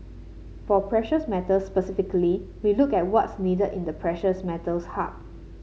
for precious metals specifically we look at what's needed in the precious metals hub